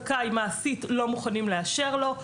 הוא זכאי אבל מעשית לא מוכנים לאשר לו.